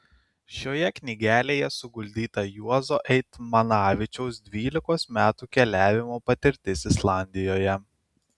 šioje knygelėje suguldyta juozo eitmanavičiaus dvylikos metų keliavimo patirtis islandijoje